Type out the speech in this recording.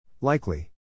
Likely